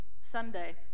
Sunday